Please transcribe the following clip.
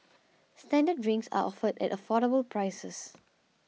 standard drinks are offered at affordable prices